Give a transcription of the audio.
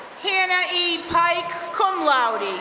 hannah e. pike, cum laude.